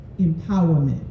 empowerment